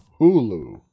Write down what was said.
Hulu